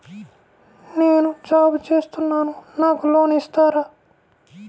నేను జాబ్ చేస్తున్నాను నాకు లోన్ ఇస్తారా?